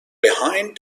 behind